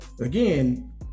again